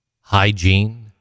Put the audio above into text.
Hygiene